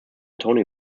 tony